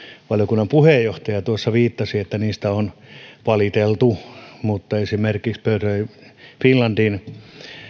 valiokunnan puheenjohtaja tuossa viittasi että niistä on valiteltu mutta esimerkiksi birdlife finlandin